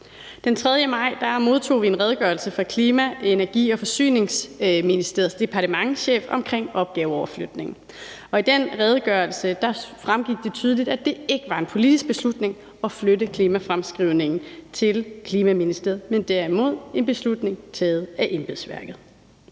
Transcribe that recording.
Den 3. maj modtog vi en redegørelse fra Klima-, Energi- og Forsyningsministeriets departementschef om opgaveoverflytning, og i den redegørelse fremgik det tydeligt, at det ikke var en politisk beslutning at flytte klimafremskrivningen til Klima-, Energi- og Forsyningsministeriet, men derimod en beslutning taget af embedsværket.